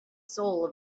soul